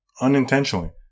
unintentionally